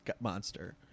monster